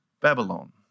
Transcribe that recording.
Babylon